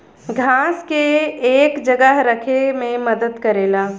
घास के एक जगह रखे मे मदद करेला